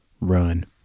Run